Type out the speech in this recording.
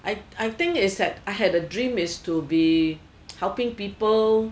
I I think is that I had a dream is to be helping people